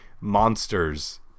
monsters